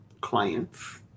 clients